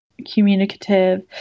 communicative